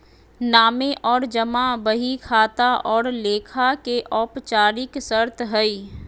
नामे और जमा बही खाता और लेखा के औपचारिक शर्त हइ